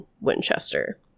Winchester